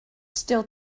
still